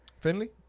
Finley